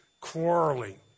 quarreling